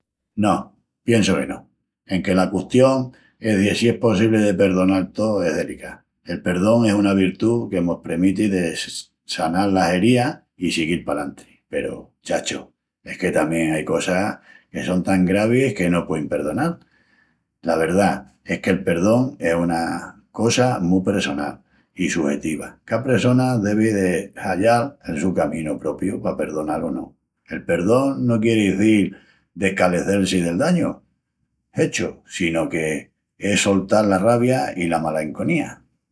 No, piensu que no, enque la custión es de si es possibli de perdonal tou es delicá. El perdón es una virtú que mos premiti de sanal las herías i siguil palantri. Peru, chacho, es que tamién ain cosas que son tan gravis que no puein perdonal. La verdá es que'l perdón es una cosa mu pressonal i sujetiva. Cá pressona devi de hallal el su caminu propiu pa perdonal o no. El perdón no quieri izil descalecel-si del dañu hechu, sino que es soltal la ravia i la malaenconía.